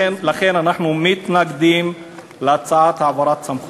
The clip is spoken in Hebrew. לכן אנחנו מתנגדים להצעת העברת הסמכויות.